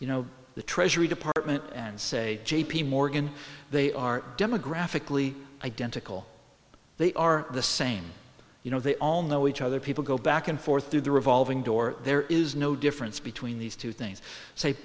you know the treasury department and say j p morgan they are demographically identical they are the same you know they all know each other people go back and forth through the revolving door there is no difference between these two things say